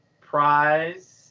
prize